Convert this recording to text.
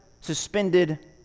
suspended